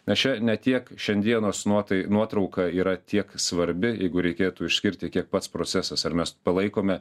nes čia ne tiek šiandienos nuotai nuotrauka yra tiek svarbi jeigu reikėtų išskirti kiek pats procesas ar mes palaikome